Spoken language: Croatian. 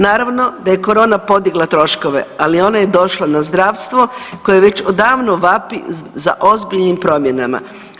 Naravno da je corona podigla troškove, ali ona je došla na zdravstvo koje već odavno vapi za ozbiljnim promjenama.